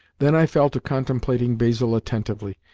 then i fell to contemplating basil attentively,